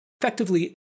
effectively